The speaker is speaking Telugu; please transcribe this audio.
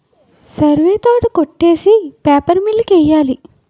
సరివే తోట కొట్టేసి పేపర్ మిల్లు కి వెయ్యాలి